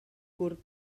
curt